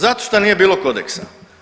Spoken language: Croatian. Zato što nije bilo kodeksa.